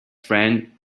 friend